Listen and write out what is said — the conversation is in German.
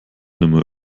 nimmer